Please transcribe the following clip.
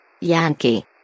Yankee